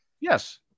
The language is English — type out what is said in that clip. Yes